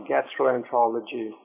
Gastroenterology